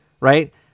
right